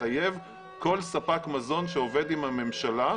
לחייב כל ספק מזון שעובד עם הממשלה,